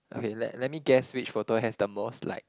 okay let let me guess which photo has the most like